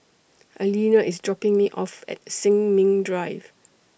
Alena IS dropping Me off At Sin Ming Drive